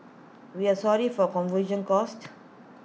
we are sorry for confusion caused